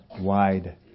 wide